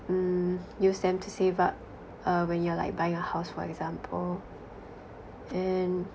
mm use them to save up uh when you're like buying a house for example